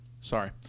Sorry